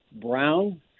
brown